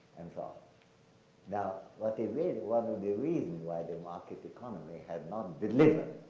and so on. now, what a ray, one of the reasons why the market economy has not delivered